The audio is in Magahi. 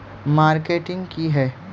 मार्केटिंग की है?